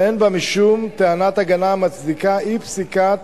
ואין בה משום טענת הגנה המצדיקה אי-פסיקת